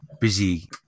busy